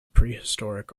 prehistoric